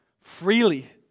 freely